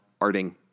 arting